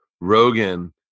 Rogan